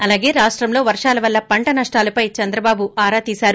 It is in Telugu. అలాగే రాష్టంలో వర్గాల వల్ల పంట నష్టాలపై చంద్రబాబు ఆరా తీశారు